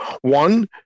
One